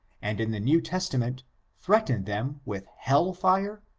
and in the new testament threaten them with hell fire?